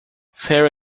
fair